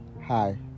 Hi